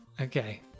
Okay